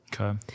Okay